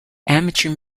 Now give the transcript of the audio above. amateur